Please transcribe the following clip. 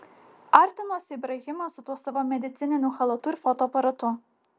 artinosi ibrahimas su tuo savo medicininiu chalatu ir fotoaparatu